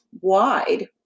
wide